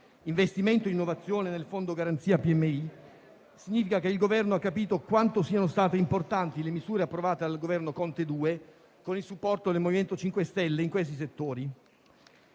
investimento e innovazione nel Fondo di garanzia per le PMI, significa che il Governo ha capito quanto siano state importanti le misure approvate dal Governo Conte II, con il supporto del MoVimento 5 Stelle, in questi settori.